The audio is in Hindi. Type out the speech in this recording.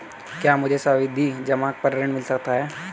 क्या मुझे सावधि जमा पर ऋण मिल सकता है?